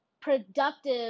productive